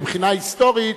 מבחינה היסטורית,